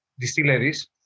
distilleries